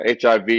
HIV